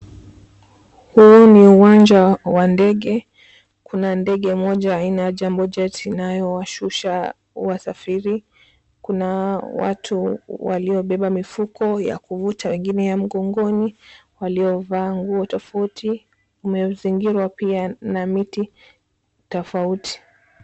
Huu ni uwanja wa ndege, kuna ndege moja aina ya Jambo jet inayowashusha wasafiri, kuna watu waliobeba mifuko ya kuvuta wengine ya mgongoni waliovaa nguo tofauti kumezingirwa pia na miti tofauti.